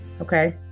okay